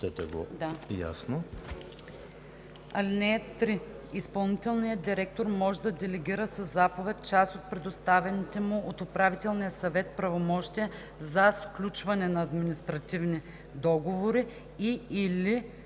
така: „(3) Изпълнителният директор може да делегира със заповед част от предоставените му от управителния съвет правомощия за сключване на административни договори и/или